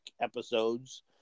episodes